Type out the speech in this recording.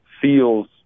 feels